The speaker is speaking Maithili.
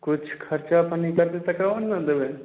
कुछ खर्चा पानि करतय तकर बाद नहि देबय